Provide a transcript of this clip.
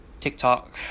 tiktok